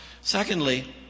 Secondly